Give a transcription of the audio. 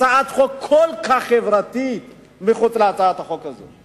הצעת חוק כל כך חברתית חוץ מהצעת החוק הזאת?